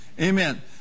Amen